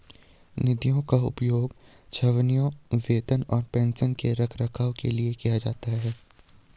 निधियों का उपयोग छावनियों, वेतन और पेंशन के रखरखाव के लिए किया जाता है